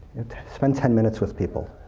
spend ten minutes with people.